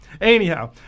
Anyhow